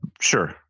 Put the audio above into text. sure